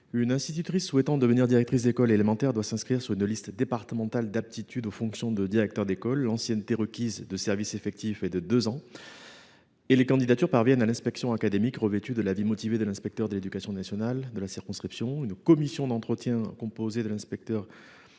Une institutrice souhaitant devenir directrice d’école élémentaire doit s’inscrire sur une liste départementale d’aptitude aux fonctions de directeur d’école. L’ancienneté requise de services effectifs est de deux ans et les candidatures parviennent à l’inspection académique revêtues de l’avis motivé de l’inspecteur de l’éducation nationale de la circonscription. Une commission d’entretien, composée de l’inspecteur